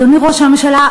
אדוני ראש הממשלה,